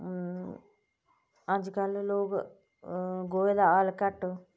अज्जकल लोक गोहे दा हैल घट्ट